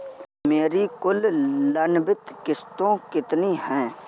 मेरी कुल लंबित किश्तों कितनी हैं?